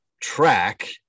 track